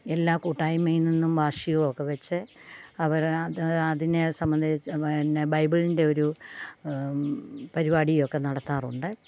എല്ലാ കൂട്ടായ്മയിൽ നിന്നും വാർഷികമൊക്കെ വെച്ച് അവരാ അതിനെ സംബന്ധിച്ച് പിന്നെ ബൈബിളിൻ്റെ ഒരു പരിപാടി ഒക്കെ നടത്താറുണ്ട്